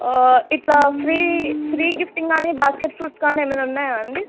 ఇట్లా free free gifting గానీ basket fruits కానీ ఏమైనా ఉన్నాయా అండి